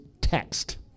text